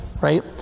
right